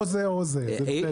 או זה או זה, זה בסדר.